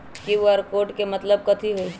QR code के मतलब कथी होई?